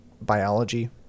biology